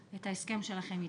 לציבור, את ההסכם שלכם איתם,